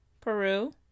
Peru